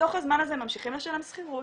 בתוך הזמן הזה ממשיכים לשלם שכירות,